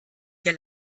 der